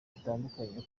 bitandukanye